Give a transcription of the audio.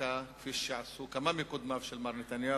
ודווקא כפי שעשו כמה מקודמיו של מר נתניהו,